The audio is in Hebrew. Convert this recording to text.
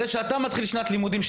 כשאתה מתחיל שנת לימודים,